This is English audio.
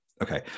Okay